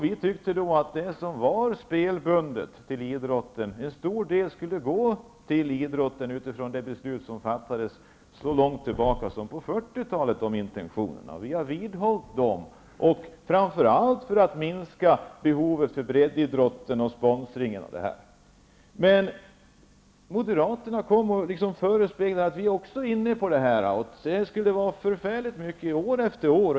Vi tyckte då att en stor del av vinsterna på spel bundet till idrotten skulle gå till idrotten, utifrån det beslut som fattades så långt tillbaka som på 40-talet. Vi har vidhållit de intentionerna, framför allt för att minska breddidrottens behov av sponsring. Moderaterna förespeglade oss att de också var inne på detta och att det skulle bli förfärligt mycket pengar år efter år.